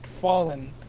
fallen